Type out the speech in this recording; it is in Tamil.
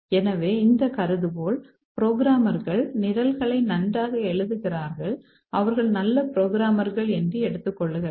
எனவே இந்த கருதுகோள் புரோகிராமர்கள் நிரல்களை நன்றாக எழுதுகிறார்கள் அவர்கள் நல்ல புரோகிராமர்கள் என்று எடுத்துக் கொள்ளுகிறது